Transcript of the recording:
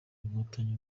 inkotanyi